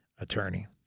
attorney